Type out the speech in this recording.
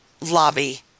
lobby